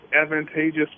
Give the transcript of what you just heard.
advantageous